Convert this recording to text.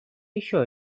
еще